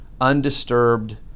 undisturbed